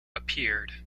appeared